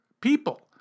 people